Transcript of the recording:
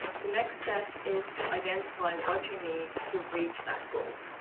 the next step is to identify what you need to reach that goal.